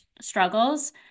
struggles